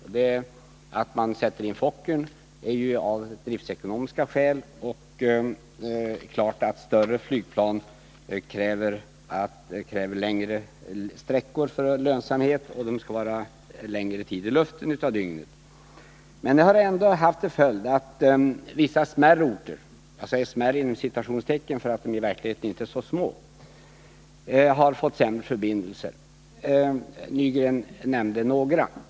Fokkern sattes ju in av driftekonomiska skäl, och det är klart att större flygplan kräver längre sträckor för lönsamhet, och de skall vara i luften längre tid under dygnet. Men det har ändå haft till följd att vissa ”smärre” orter — de är i verkligheten inte så små — har fått sämre förbindelser. Arne Nygren nämnde några.